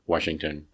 Washington